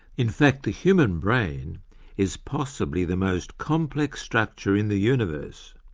in fact the human brain is possibly the most complex structure in the universe.